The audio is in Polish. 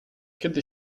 kiedy